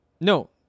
No